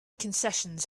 concessions